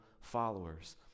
followers